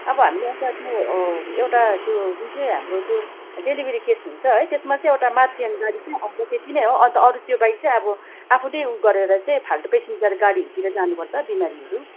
अब हामीले अन्त त्यो एउटा त्यो जुन चाहिँ हाम्रो त्यो डिलिभरी केस हुन्छ है त्यसमा चाहिँ एउटा मात्रियान गाडी आउँछ त्यति नै हो अरू त्योबाहेक चाहिँ अब आफूले ऊ गरेर चाहिँ फाल्टो पेसेन्जर गाडीहरूतिर जानुपर्छ बिमारीहरू